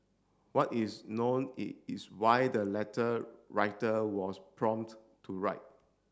what is known is why the letter writer was prompt to write